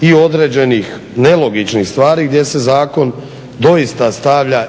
i određenih nelogičnih stvari gdje se zakon doista stavlja